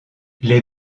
les